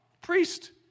Priest